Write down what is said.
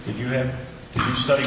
if you have studied